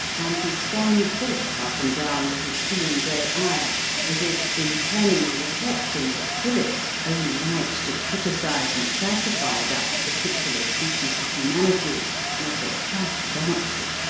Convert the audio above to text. and he scanned philip up and down with his keen grey eye as if internally reflecting that philip's own right to criticise and classify that particular species of humanity was a trifle doubtful.